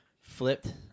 flipped